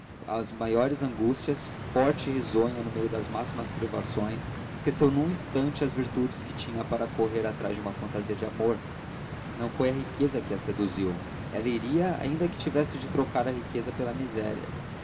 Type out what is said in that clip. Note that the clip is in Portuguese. as maiores angústias forte e risonha no meio das máximas privações esqueceu num instante as virtudes que tinha para correr atrás de uma fantasia de amor não foi a riqueza que a seduziu ela iria ainda que tivesse de trocar a riqueza pela miséria